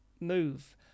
move